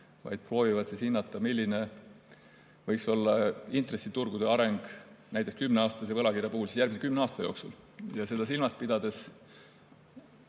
vaid proovivad hinnata, milline võiks olla intressiturgude areng näiteks 10-aastase võlakirja puhul järgmise 10 aasta jooksul. Seda silmas pidades